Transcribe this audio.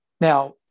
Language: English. Now